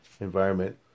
environment